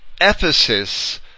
Ephesus